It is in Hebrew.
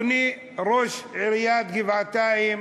אדוני ראש עיריית גבעתיים,